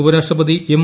ഉപരാഷ്ട്രപതി എം